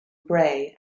bray